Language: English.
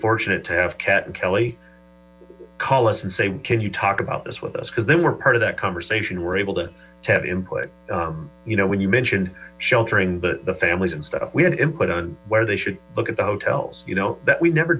fortunate to have cat and kelly call us and say can you talk about this with us because then we're part of that conversation we're able to tell input you know when you mentioned sheltering the families and stuff we had input on where they should look at the hotels you know that we never